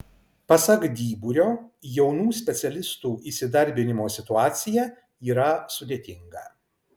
pasak dyburio jaunų specialistų įsidarbinimo situacija yra sudėtinga